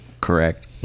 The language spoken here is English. correct